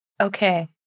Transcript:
Okay